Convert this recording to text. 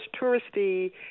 touristy